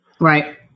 Right